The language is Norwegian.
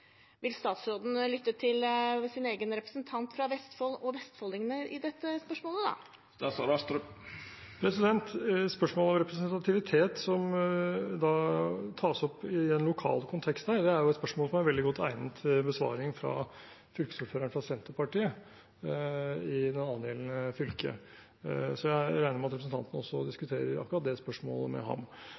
Vil statsråden lytte til sin egen representant fra Vestfold og vestfoldingene i dette spørsmålet, da? Spørsmålet om representativitet, som da tas opp i en lokal kontekst her, er et spørsmål som er veldig godt egnet til besvarelse av fylkesordføreren fra Senterpartiet i det angjeldende fylket. Jeg regner med at representanten også diskuterer akkurat det spørsmålet med ham.